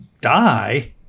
die